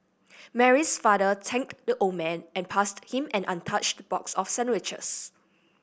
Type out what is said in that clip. Mary's father thanked the old man and passed him an untouched box of sandwiches